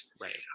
right